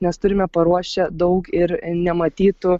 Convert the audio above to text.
nes turime paruošę daug ir nematytų